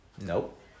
Nope